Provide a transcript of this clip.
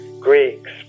Greeks